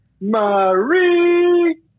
Marie